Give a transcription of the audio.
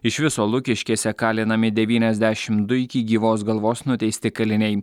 iš viso lukiškėse kalinami devyniasdešimt du iki gyvos galvos nuteisti kaliniai